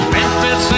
Memphis